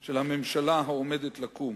של הממשלה העומדת לקום.